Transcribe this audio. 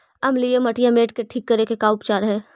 अमलिय मटियामेट के ठिक करे के का उपचार है?